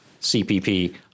CPP